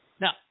Now